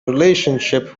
relationship